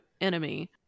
enemy